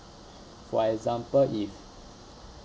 for example if